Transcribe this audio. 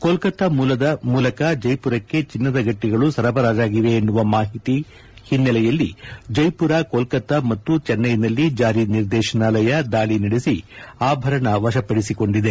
ಕೋಲ್ಕತ್ತಾ ಮೂಲಕ ಜೈಪುರಕ್ಕೆ ಚಿನ್ನದ ಗಟ್ಟಿಗಳು ಸರಬರಾಜಾಗಿವೆ ಎನ್ನುವ ಮಾಹಿತಿ ಹಿನ್ನೆಲೆಯಲ್ಲಿ ಜೈಸುರ ಕೋಲ್ಲತ್ತಾ ಮತ್ತು ಜೆನ್ಟೈನಲ್ಲಿ ಜಾರಿ ನಿರ್ದೇಶನಾಲಯ ದಾಳಿ ನಡೆಸಿ ಆಭರಣ ವಶಪಡಿಸಿಕೊಂಡಿದೆ